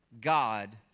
God